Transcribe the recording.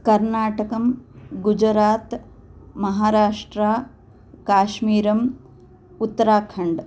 कर्नाटकं गुजरात् महाराष्ट्रा काश्मीरम् उत्तराखण्ड्